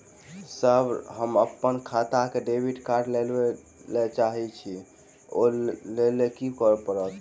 Sir हम अप्पन खाता मे डेबिट कार्ड लेबलेल चाहे छी ओई लेल की परतै?